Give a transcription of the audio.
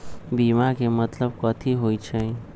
बीमा के मतलब कथी होई छई?